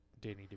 Danny